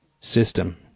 system